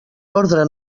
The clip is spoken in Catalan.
ordre